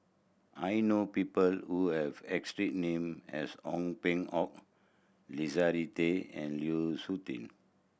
I know people who have name as Ong Peng Hock Leslie Tay and Liu Suitin